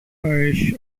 parish